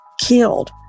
killed